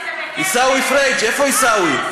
רק נעשה הפלה, עיסאווי פריג' איפה עיסאווי?